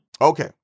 Okay